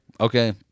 okay